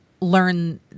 learn